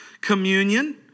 Communion